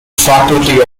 faculty